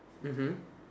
mmhmm